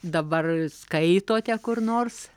dabar skaitote kur nors